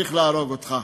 צריך להרוג אותך.